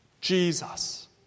Jesus